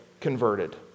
converted